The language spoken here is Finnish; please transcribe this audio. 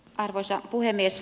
arvoisa puhemies